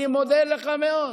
אני מודה לך מאוד.